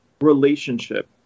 relationship